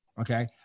Okay